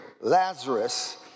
Lazarus